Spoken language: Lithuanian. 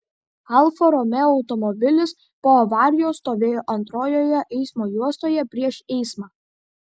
alfa romeo automobilis po avarijos stovėjo antrojoje eismo juostoje prieš eismą